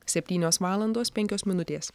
septynios valandos penkios minutės